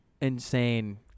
insane